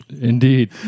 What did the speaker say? Indeed